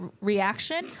reaction